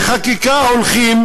לחקיקה הולכים,